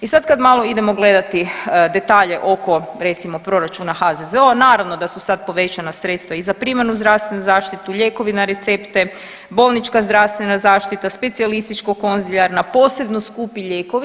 I sad kad malo idemo gledati detalje oko recimo proračuna HZZO-a naravno da su sad povećana sredstva i za primarnu zdravstvenu zaštitu, lijekovi na recepte, bolnička zdravstvena zaštita, specijalističko konzilijarna, posebno skupi lijekovi.